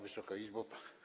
Wysoka Izbo!